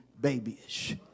babyish